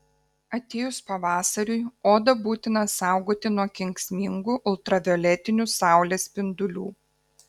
atėjus pavasariui odą būtina saugoti nuo kenksmingų ultravioletinių saulės spindulių